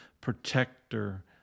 protector